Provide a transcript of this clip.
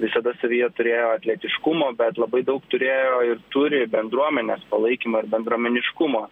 visada savyje turėjo atletiškumo bet labai daug turėjo ir turi bendruomenės palaikymo ir bendruomeniškumo